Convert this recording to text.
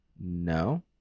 No